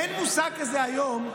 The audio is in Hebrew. אין מושג כזה היום,